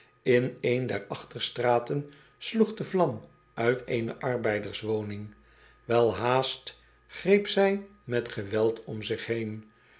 n een der achterstraten sloeg de vlam uit eene arbeiderswoning elhaast greep zij met geweld om zich heen